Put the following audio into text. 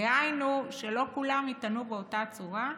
דהיינו, שלא כולם יטענו באותה צורה,